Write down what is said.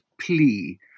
plea